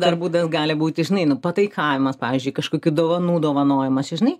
dar būdas gali būti žinai nu pataikavimas pavyzdžiui kažkokių dovanų dovanojimas čia žinai